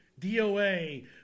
doa